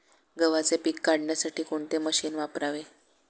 गव्हाचे पीक काढण्यासाठी कोणते मशीन वापरावे?